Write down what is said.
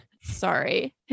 sorry